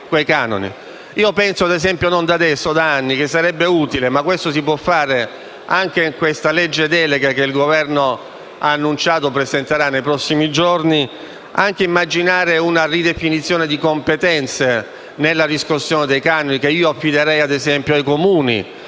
canoni. Penso, non da adesso ma da anni, che sarebbe utile - e questo si può fare anche nella legge delega che il Governo ha annunciato di voler presentare nei prossimi giorni - immaginare una ridefinizione di competenze nella riscossione dei canoni, che io affiderei ad esempio ai Comuni,